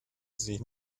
sich